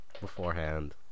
beforehand